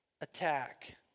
attack